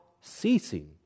ceasing